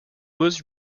was